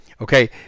Okay